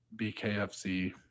BKFC